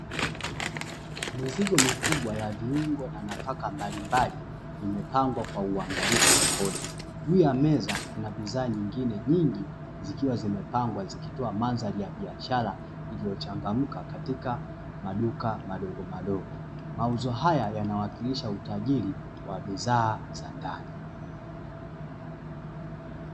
Mizigo mikubwa ya viungo na nafaka mbaimbali imepangwa kwa uangalifu sokoni, juu ya meza kuna bidhaa nyingine nyingi zikiwa zimepangwa zikitoa mandhari ya biashara iliyochangamka katika maduka madogomadogo, mauzo haya yanawakilisha utajiri wa bidhaa za ndani.